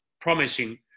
promising